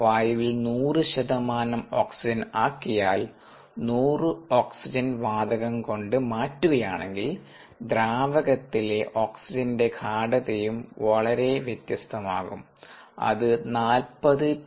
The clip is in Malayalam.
വായുവിൽ 100 ശതമാനം ഓക്സിജൻ ആക്കിയാൽ 100 ഓക്സിജൻ വാതകം കൊണ്ട് മാറ്റുകയാണെങ്കിൽ ദ്രാവകത്തിലെ ഓക്സിജന്റെ ഗാഢതയും വളരെ വ്യത്യസ്തമാകുംഅത് 40 പി